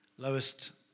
Lowest